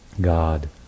God